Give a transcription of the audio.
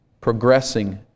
Progressing